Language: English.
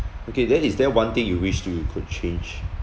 okay then is there one thing you wish you could change